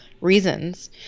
reasons